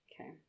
Okay